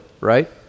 right